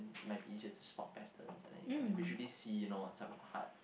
might be easier to stop patterns and then you can like visually see you know what's up with the heart